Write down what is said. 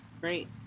Great